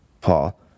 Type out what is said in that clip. Paul